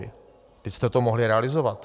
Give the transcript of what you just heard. Vždyť jste to mohli realizovat.